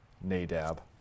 Nadab